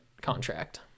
contract